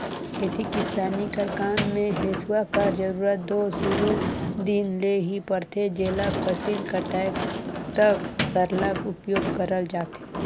खेती किसानी कर काम मे हेसुवा कर जरूरत दो सुरू दिन ले ही परथे जेला फसिल कटाए तक सरलग उपियोग करल जाथे